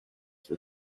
for